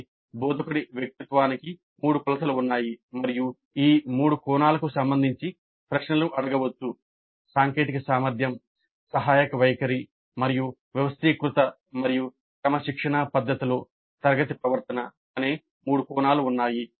కాబట్టి బోధకుడి వ్యక్తిత్వానికి మూడు కొలతలు ఉన్నాయి మరియు ఈ మూడు కోణాలకు సంబంధించి ప్రశ్నలు అడగవచ్చు సాంకేతిక సామర్థ్యం సహాయక వైఖరి మరియు వ్యవస్థీకృత మరియు క్రమశిక్షణా పద్ధతిలో తరగతి ప్రవర్తన అనే మూడు కోణాలు ఉన్నాయి